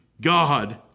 God